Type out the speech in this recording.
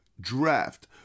draft